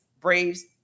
braves